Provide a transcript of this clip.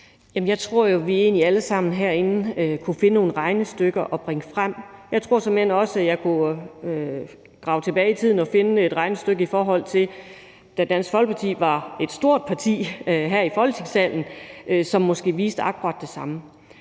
herinde kunne finde nogle regnestykker at bringe frem. Jeg tror såmænd også, at jeg kunne grave tilbage i tiden og finde et regnestykke, i forhold til da Dansk Folkeparti var et stort parti her i Folketingssalen, som måske viste akkurat det samme.